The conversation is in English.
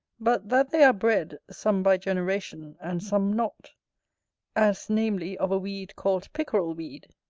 but that they are bred, some by generation, and some not as namely, of a weed called pickerel-weed,